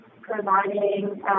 providing